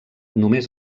només